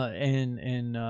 and, and,